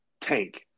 tank